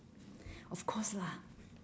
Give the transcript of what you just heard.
of course lah